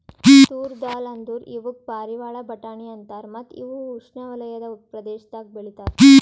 ತೂರ್ ದಾಲ್ ಅಂದುರ್ ಇವುಕ್ ಪಾರಿವಾಳ ಬಟಾಣಿ ಅಂತಾರ ಮತ್ತ ಇವು ಉಷ್ಣೆವಲಯದ ಪ್ರದೇಶದಾಗ್ ಬೆ ಳಿತಾರ್